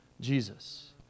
Jesus